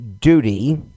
duty